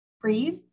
breathe